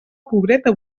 pobreta